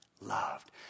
loved